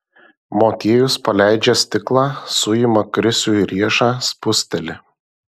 motiejus paleidžia stiklą suima krisiui riešą spusteli